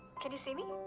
can you see me?